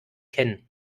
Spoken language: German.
kennen